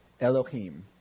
Elohim